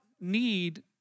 need